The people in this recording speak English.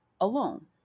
alone